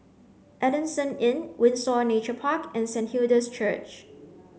Adamson Inn Windsor Nature Park and Saint Hilda's Church